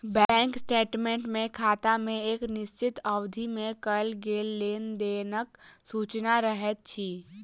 bank statement मे खाता मे एक निश्चित अवधि मे कयल गेल लेन देनक सूचना रहैत अछि